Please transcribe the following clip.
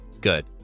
good